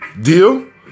Deal